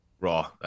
Raw